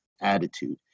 attitude